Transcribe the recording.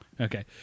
Okay